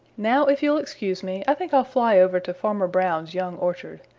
now if you'll excuse me i think i'll fly over to farmer brown's young orchard.